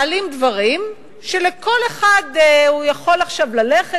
מעלים דברים שכל אחד יכול עכשיו ללכת